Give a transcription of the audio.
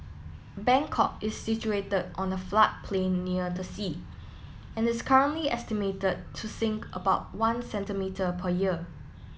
Bangkok is situated on a floodplain near the sea and is currently estimated to sink about one centimetre per year